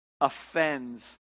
offends